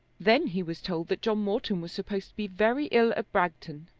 then he was told that john morton was supposed to be very ill at bragton.